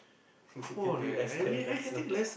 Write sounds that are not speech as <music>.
<laughs> getting lesser and lesser